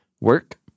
Work